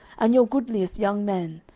and your goodliest young men,